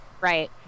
Right